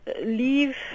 leave